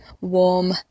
warm